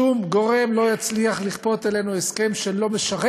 שום גורם לא יצליח לכפות עלינו הסכם שלא משרת